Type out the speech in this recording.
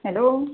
hello